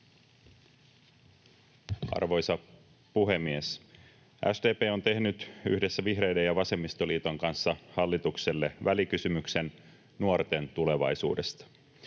Arvoisa puhemies! SDP on tehnyt yhdessä vihreiden ja vasemmistoliiton kanssa hallitukselle välikysymyksen nuorten tulevaisuudesta.